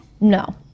No